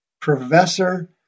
Professor